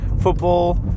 football